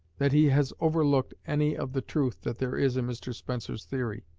that he has overlooked any of the truth that there is in mr spencer's theory.